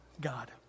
God